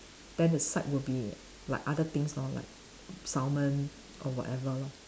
then the side will be like other things lor like salmon or whatever lor